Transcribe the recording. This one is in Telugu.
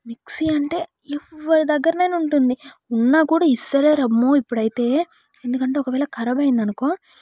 మిక్సీ అంటే ఎవరి దగ్గరనైనా ఉంటుంది ఉన్నా కూడా ఇస్తలేరు అమ్మో ఇప్పుడైతే ఎందుకంటే ఒకవేళ ఖరాబ్ అయింది అనుకో